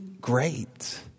great